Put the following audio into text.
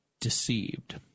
deceived